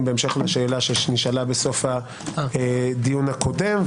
בהמשך לשאלה שנשאלה בסוף הדיון הקודם.